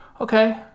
okay